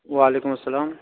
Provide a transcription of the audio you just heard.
وعلیکم السلام